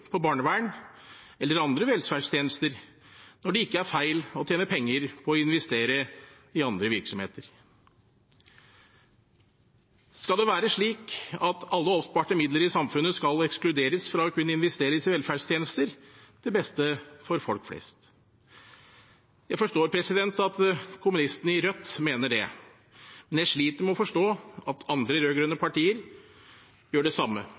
på barnevern eller andre velferdstjenester når det ikke er feil å tjene penger på å investere i andre virksomheter? Skal det være slik at alle oppsparte midler i samfunnet skal ekskluderes fra å kunne investeres i velferdstjenester til beste for folk flest? Jeg forstår at kommunistene i Rødt mener det, men jeg sliter med å forstå at andre rød-grønne partier gjør det samme.